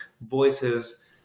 voices